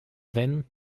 wenn